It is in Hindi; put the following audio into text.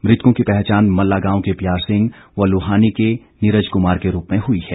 मृतकों की पहचान मल्ला गांव के प्यार सिंह व लुहानी के नीरज कुमार के रूप में हुई है